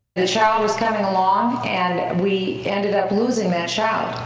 the child was coming along, and we ended up losing that child.